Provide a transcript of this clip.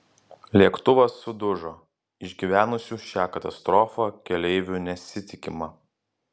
lėktuvas sudužo išgyvenusių šią katastrofą keleivių nesitikima